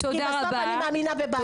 כי בסוף אני מאמינה בבית שלם.